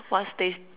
what stays